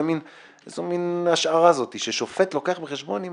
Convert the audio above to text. איזו מין השערה זאת ששופט מביא בחשבון אם